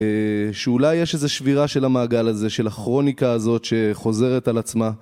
שאולי יש איזה שבירה של המעגל הזה, של הכרוניקה הזאת שחוזרת על עצמה